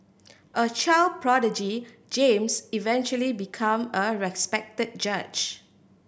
a child prodigy James eventually became a respected judge